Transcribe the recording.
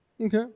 Okay